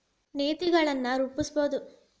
ನೇತಿಗಳನ್ ರೂಪಸ್ಬಹುದು